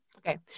Okay